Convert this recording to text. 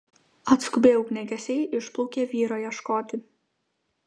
atskubėję ugniagesiai išplaukė vyro ieškoti